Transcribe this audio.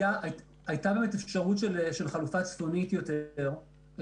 הייתה לנו אפשרות של חלופה צפונית יותר,